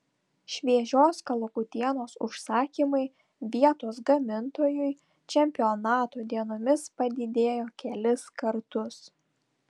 šviežios kalakutienos užsakymai vietos gamintojui čempionato dienomis padidėjo kelis kartus